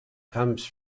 comes